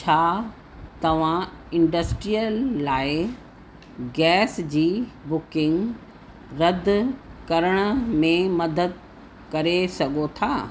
छा तव्हां इंडस्ट्रियल लाइ गैस जी बुकिंग रदि करण में मदद करे सघो था